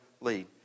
lead